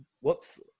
Whoops